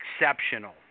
exceptional